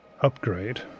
upgrade